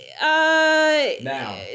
now